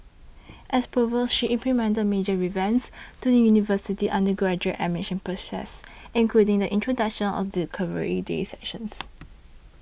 as provost she implemented major revamps to the university's undergraduate admission process including the introduction of the Discovery Day sessions